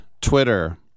Twitter